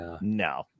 no